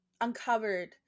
uncovered